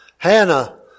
Hannah